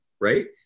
right